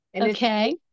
Okay